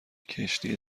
کشتی